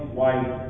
white